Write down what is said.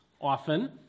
often